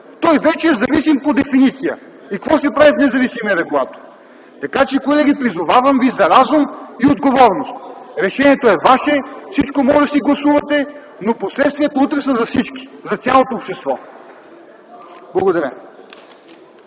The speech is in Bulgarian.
Той вече е зависим по дефиниция. И какво ще прави в независимият регулатор? Така че, колеги, призовавам ви за разум и отговорност. Решението е ваше, всичко може да си гласувате, но последствията утре са за всички, за цялото общество. Благодаря.